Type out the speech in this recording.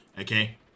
Okay